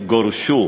אדוני היושב-ראש,